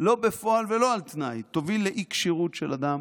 לא בפועל ולא על תנאי, תוביל לאי-כשירות של אדם